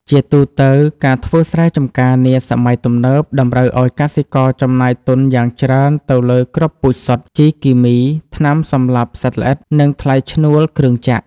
ជាទូទៅ ការធ្វើស្រែចម្ការនាសម័យទំនើបតម្រូវឱ្យកសិករចំណាយទុនយ៉ាងច្រើនទៅលើគ្រាប់ពូជសុទ្ធ ជីគីមី ថ្នាំសម្លាប់សត្វល្អិត និងថ្លៃឈ្នួលគ្រឿងចក្រ។